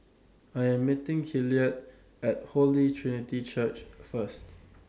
I Am meeting Hilliard At Holy Trinity Church First